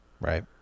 Right